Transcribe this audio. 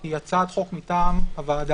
היא הצעת חוק מטעם הוועדה.